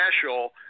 special